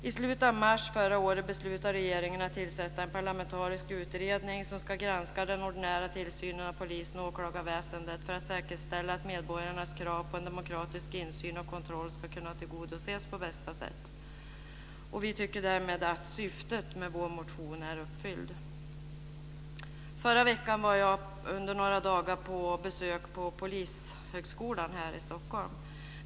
I slutet av mars förra året beslutade regeringen att tillsätta en parlamentarisk utredning som ska granska den ordinära tillsynen av polisen och åklagarväsendet för att säkerställa att medborgarnas krav på en demokratisk insyn och kontroll ska kunna tillgodoses på bästa sätt. Vi tycker därmed att syftet med vår motion är uppfyllt. Förra veckan var jag under ett par dagar på besök på Polishögskolan här i Stockholm.